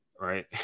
Right